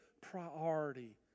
priority